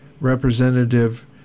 Representative